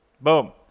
Boom